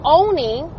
owning